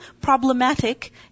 problematic